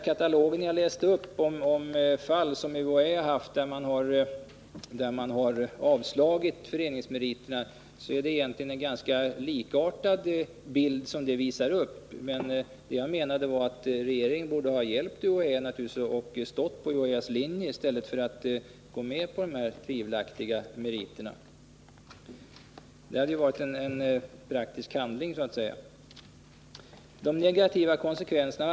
Jag läste ju upp en katalog över fall där UHÄ avslagit föreningsmeriterna. Katalogen visar en ganska likartad bild. Jag menar att regeringen borde ha hjälpt UHÄ och stått på UHÄ:s linje i stället för att gå med på dessa tivelaktiga meriter. Det hade varit en praktisk handling för att göra meritvärderingen användbar.